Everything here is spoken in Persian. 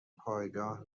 پایگاه